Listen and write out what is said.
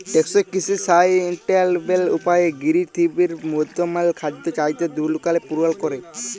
টেকসই কিসি সাসট্যালেবেল উপায়ে পিরথিবীর বর্তমাল খাদ্য চাহিদার দরকার পুরল ক্যরে